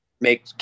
make